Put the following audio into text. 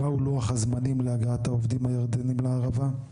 מהו לוח הזמנים להגעת העובדים הירדנים לערבה.